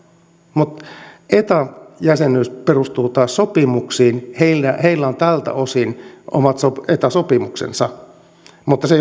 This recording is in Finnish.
mutta eta jäsenyys perustuu taas sopimuksiin heillä heillä on tältä osin omat eta sopimuksensa mutta se